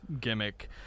gimmick